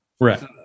Right